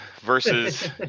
versus